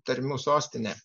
tarmių sostinė